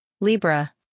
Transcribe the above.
Libra